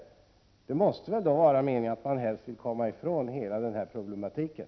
Meningen måste väl vara att man helst vill komma ifrån hela den här problematiken.